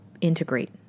integrate